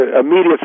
immediate